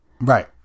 Right